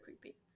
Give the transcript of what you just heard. creepy